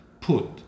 put